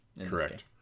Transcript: Correct